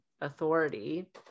authority